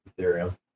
Ethereum